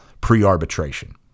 pre-arbitration